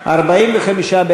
15,